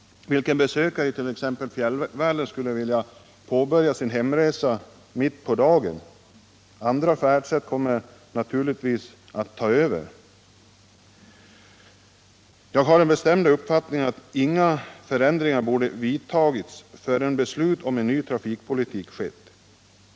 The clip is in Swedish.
Vilken besökare i fjällvärlden skulle vilja påbörja sin hemresa mitt på dagen? Andra färdsätt kommer naturligtvis då att ta över. Jag har den bestämda uppfattningen att inga förändringar borde ha vidtagits förrän beslut om en ny trafikpolitik fattats.